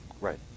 Right